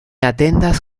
atendas